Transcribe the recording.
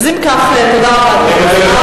אז אם כך, תודה רבה, אדוני.